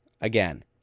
again